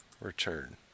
return